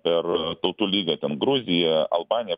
per tautų lygą ten gruzija albanija